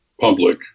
public